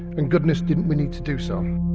and goodness, didn't we need to do so.